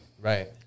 right